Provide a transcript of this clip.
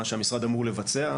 מה שהמשרד אמור לבצע,